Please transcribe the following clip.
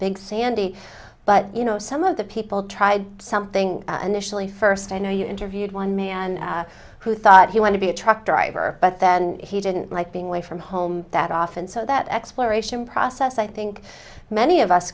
big sandy but you know some of the people tried something and nationally first i know you interviewed one man who thought he want to be a truck driver but then he didn't like being away from home that often so that exploration process i think many of us